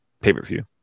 pay-per-view